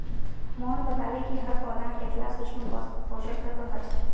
मोहन बताले कि हर पौधात कतेला सूक्ष्म पोषक तत्व ह छे